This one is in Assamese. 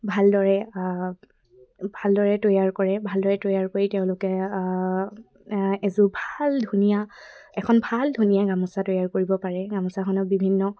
ভালদৰে ভালদৰে তৈয়াৰ কৰে ভালদৰে তৈয়াৰ কৰি তেওঁলোকে এযোৰ ভাল ধুনীয়া এখন ভাল ধুনীয়া গামোচা তৈয়াৰ কৰিব পাৰে গামোচাখনত বিভিন্ন